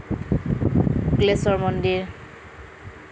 শুক্লেশ্বৰ মন্দিৰ